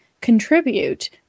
contribute